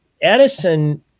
Edison